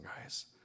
guys